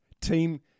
Team